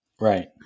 Right